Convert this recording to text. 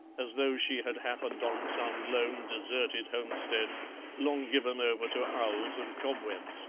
as though she had happened on some lone deserted homestead long given over to owls and cobwebs